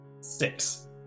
six